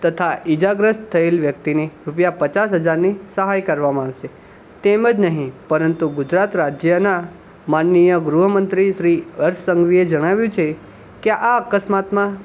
તથા ઇજાગ્રસ્ત થયેલા વ્યક્તિને રૂપિયા પચાસ હજારની સહાય કરવામાં આવશે તેમજ નહીં પરંતુ ગુજરાત રાજ્યના માનનીય ગૃહમંત્રી શ્રી હર્ષ સંઘવીએ જણાવ્યું છે કે આ અકસ્માતમાં